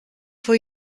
for